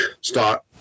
start